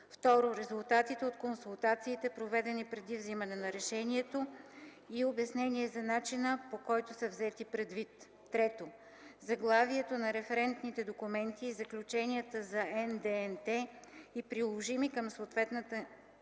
2. резултатите от консултациите, проведени преди вземане на решението, и обяснение за начина, по който са взети предвид; 3. заглавието на референтните документи и заключенията за НДНТ и приложими към съответната